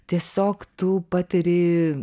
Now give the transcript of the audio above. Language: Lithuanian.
tiesiog tu patiri